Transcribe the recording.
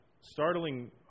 startling